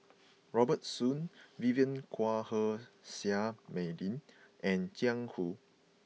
Robert Soon Vivien Quahe Seah Mei Lin and Jiang Hu